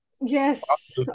Yes